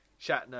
Shatner